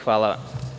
Hvala.